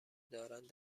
دارند